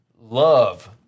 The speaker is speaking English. love